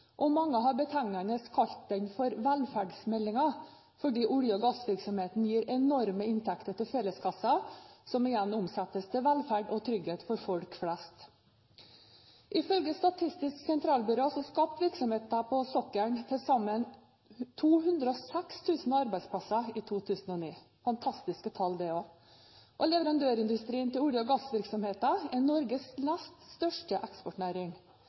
Mange har betegnende kalt den for velferdsmeldingen, fordi olje- og gassvirksomheten gir enorme inntekter til felleskassen, som igjen omsettes til velferd og trygghet for folk flest. I følge Statistisk sentralbyrå skapte virksomheten på sokkelen til sammen 206 000 arbeidsplasser i 2009 – fantastiske tall det også. Leverandørindustrien til olje- og gassvirksomheten er Norges nest største eksportnæring.